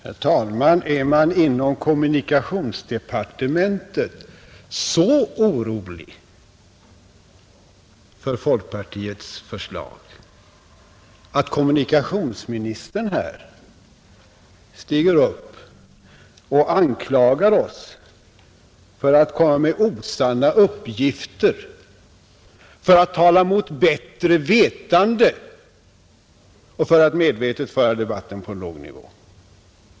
Fru talman! Är man inom kommunikationsdepartementet så orolig för folkpartiets förslag, att kommunikationsministern här stiger upp och anklagar oss för att komma med osanna uppgifter, för att tala mot bättre vetande och för att medvetet föra debatten på låg nivå?